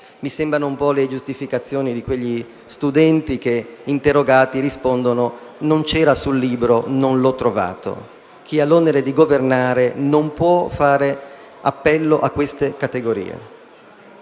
Mi sembrano le giustificazioni tipiche di quegli studenti che interrogati rispondono «non c'era sul libro» o «non l'ho trovato». Chi ha l'onere di governare non può fare appello a queste categorie.